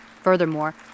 Furthermore